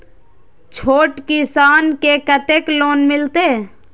छोट किसान के कतेक लोन मिलते?